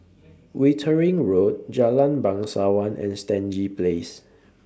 Wittering Road Jalan Bangsawan and Stangee Place